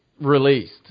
released